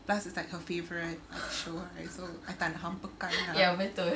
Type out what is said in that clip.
plus it's like her favourite show so I tak nak hampakan lah